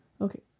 Okay